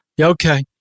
Okay